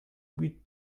bit